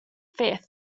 fifth